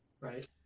Right